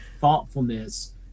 thoughtfulness